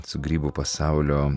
su grybų pasaulio